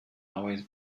always